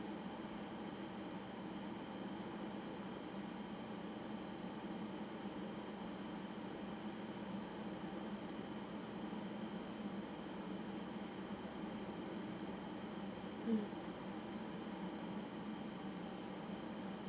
mm